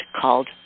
called